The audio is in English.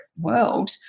world